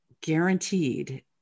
Guaranteed